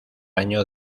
año